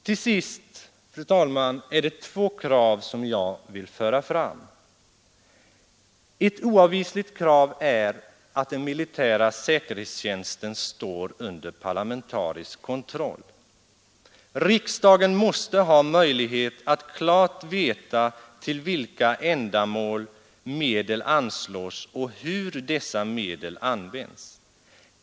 Till sist, fru talman, är det två krav som jag vill föra fram. Ett oavvisligt krav är att den militära säkerhetstjänsten står under parlamentarisk kontroll. Riksdagen måste ha möjlighet att klart veta till vilka ändamål medel anslås och hur dessa medel används.